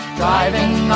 driving